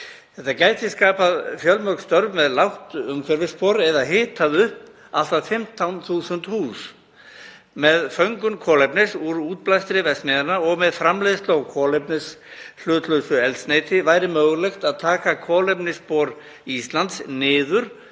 Þetta gæti skapað fjölmörg störf með lítið umhverfisspor eða hitað upp allt að 15.000 hús. Með föngun kolefnis úr útblæstri verksmiðjanna og með framleiðslu á kolefnishlutlausu eldsneyti væri mögulegt að minnka kolefnisspor Íslands um